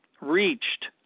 reached